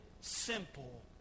simple